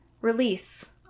release